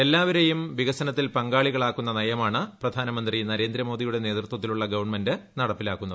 എല്ലാവരെയും വികസനത്തിൽ പങ്കാളികളാക്കുന്ന നയമാണ് പ്രധാനമന്ത്രി നരേന്ദ്രമോദിയുടെ നേതൃത്വത്തിലുളള ഗവൺമെന്റ് നടപ്പിലാക്കുന്നത്